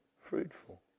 fruitful